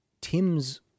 Tim's